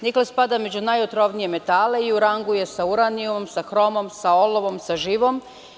Nikl spada među najotrovnije metale i u rangu je sa uranijumom, sa hromom, sa olovom, sa živom.